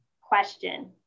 question